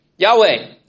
Yahweh